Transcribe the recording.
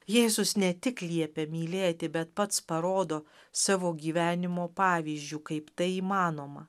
jėzus ne tik liepia mylėti bet pats parodo savo gyvenimo pavyzdžiu kaip tai įmanoma